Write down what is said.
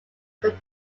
could